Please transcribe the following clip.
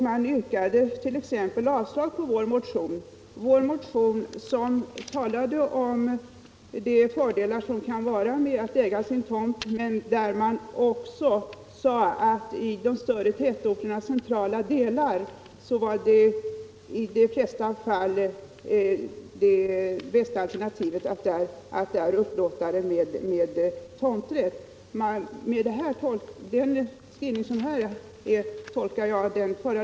Man yrkade avslag på vår motion, där vi visserligen talade om fördelarna med att äga tomten men där vi också framhöll att i de större tätorternas centrala delar var i de flesta fall det bästa alternativet att upplåta marken med tomträtt.